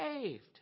saved